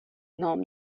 نام